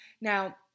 Now